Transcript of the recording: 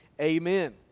amen